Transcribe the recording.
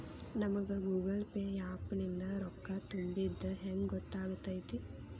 ನಮಗ Google Pay app ನಿಂದ ರೊಕ್ಕಾ ತುಂಬಿದ್ದ ಹೆಂಗ್ ಗೊತ್ತ್ ಆಗತೈತಿ?